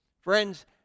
Friends